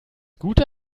gute